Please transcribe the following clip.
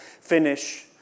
finish